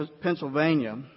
pennsylvania